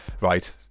right